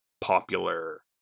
popular